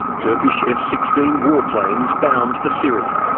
turkish f sixteen warplanes bound for syria.